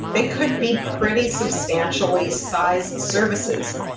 they could be pretty substantially sized services.